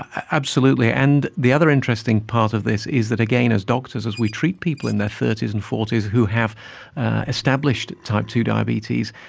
absolutely. and the other interesting part of this is that, again, as doctors, as we treat people in their thirty s and forty s who have established type two diabetes,